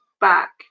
back